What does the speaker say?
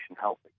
healthy